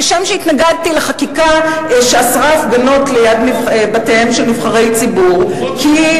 כשם שהתנגדתי לחקיקה שאסרה הפגנות ליד בתיהם של נבחרי ציבור כי,